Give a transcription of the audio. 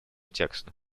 тексту